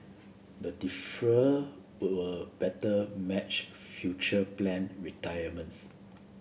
the deferral will better match future planned retirements